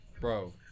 bro